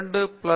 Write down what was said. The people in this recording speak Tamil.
பேராசிரியர் பி